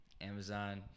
Amazon